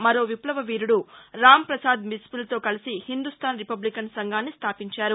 మరో విప్లవ వీరుడు రాంప్రసాద్ బిస్మిల్తో కలిసిన హిందూస్తాన్ రిపబ్లికన్ సంఘాన్ని స్థాపించారు